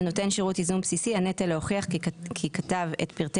על נותן שירות ייזום בסיסי הנטל להוכיח כי כתב את פרטי